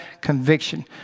conviction